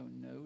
no